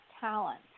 talent